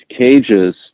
cages